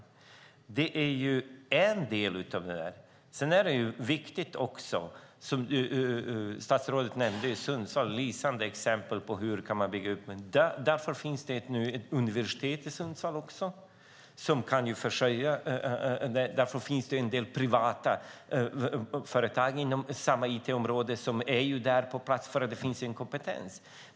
Det är en del av detta. Statsrådet nämnde Sundsvall. Det är ett lysande exempel på hur man kan bygga upp detta. Därför finns det nu ett universitet i Sundsvall, och därför finns det en del privata företag inom samma it-område. De finns där på plats eftersom det finns en kompetens.